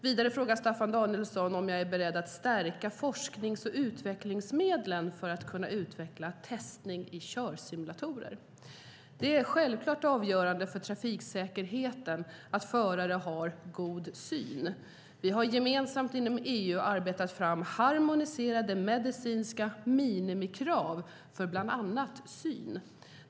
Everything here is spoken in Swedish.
Vidare frågar Staffan Danielsson om jag är beredd att stärka forsknings och utvecklingsmedlen för att kunna utveckla testning i körsimulatorer. Det är självklart avgörande för trafiksäkerheten att förare har god syn. Vi har gemensamt inom EU arbetat fram harmoniserade medicinska minimikrav för bland annat syn.